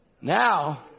Now